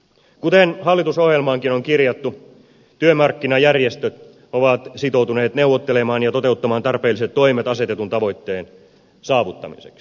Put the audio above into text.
kuten hallitusohjelmaankin on kirjattu työmarkkinajärjestöt ovat sitoutuneet neuvottelemaan ja toteuttamaan tarpeelliset toimet asetetun tavoitteen saavuttamiseksi